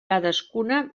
cadascuna